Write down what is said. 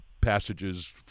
passages